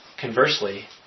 Conversely